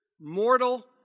mortal